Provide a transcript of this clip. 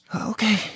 Okay